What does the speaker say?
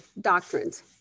doctrines